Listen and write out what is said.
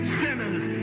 sinners